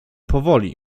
powoli